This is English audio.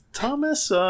Thomas